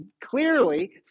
clearly